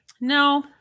No